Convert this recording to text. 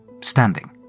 Standing